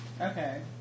Okay